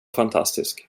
fantastisk